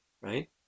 right